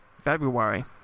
February